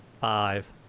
five